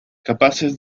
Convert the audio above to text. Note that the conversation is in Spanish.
capaces